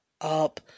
up